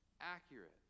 accurate